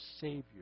Savior